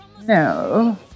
No